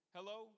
Hello